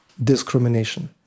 discrimination